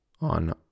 on